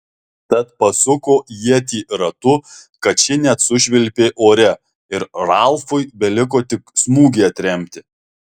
tad pasuko ietį ratu kad ši net sušvilpė ore ir ralfui beliko tik smūgį atremti